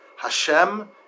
Hashem